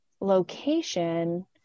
location